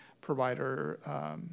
provider